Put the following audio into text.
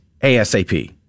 ASAP